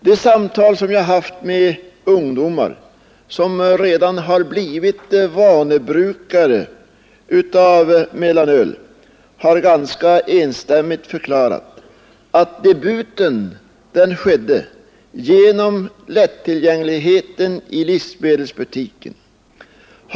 De samtal som jag haft med ungdomar som redan blivit vanebrukare av mellanöl har ganska entydigt gett vid handen att debuten skedde genom lättillgängligheten i livsmedelsbutiken.